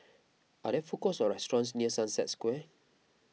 are there food courts or restaurants near Sunset Square